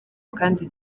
kandi